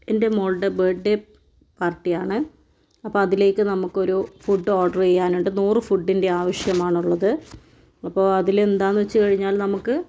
എൻ്റെ മകളുടെ birthday പാർട്ടിയാണ് അപ്പോൾ അതിലേക്ക് നമുക്കൊരു ഫുഡ്ഡ് ഓർഡർ ചെയ്യാനുണ്ട് നൂറ് ഫുഡ്ഡിൻ്റെ ആവശ്യമാണുള്ളത് അപ്പോൾ അതിൾ എന്താണെന്നു വച്ചു കഴിഞ്ഞാൽ നമുക്ക്